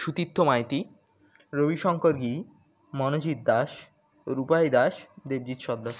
সুতীর্থ মাইতি রবিশঙ্কর গী মনোজিৎ দাস রূপাই দাস দেবজিৎ সর্দার